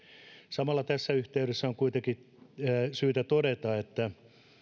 samalla tässä yhteydessä on kuitenkin syytä todeta että